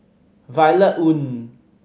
Violet Oon